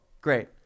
great